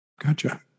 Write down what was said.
Gotcha